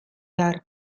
behar